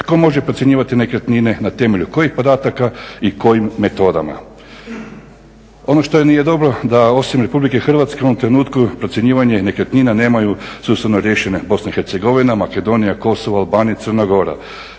tko može procjenjivati nekretnine, na temelju kojih podataka i kojim metodama. Ono što nije dobro da osim RH u ovom trenutku procjenjivanje nekretnina nemaju sustavno riješene BiH, Makedonija, Kosovo, Albanija i Crna Gora.